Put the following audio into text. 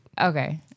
Okay